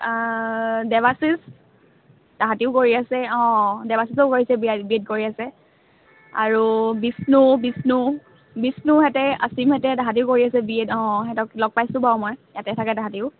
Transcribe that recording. দেৱাশিষ সিহঁতিও কৰি আছে অঁ দেৱাশিষেও কৰিছে বি এড বি এড কৰি আছে আৰু বিষ্ণু বিষ্ণু বিষ্ণুহেঁতে অসীমহেঁতে সিহঁতিয়ো কৰি আছে বি এড অঁ অঁ সিহঁতক লগ পাইছিলোঁ বাৰু মই ইয়াতেই থাকে সিহঁতিয়ো